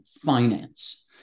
finance